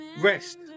rest